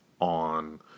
on